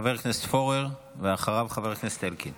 חבר הכנסת פורר, ואחריו, חבר הכנסת אלקין.